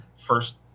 first